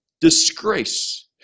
disgrace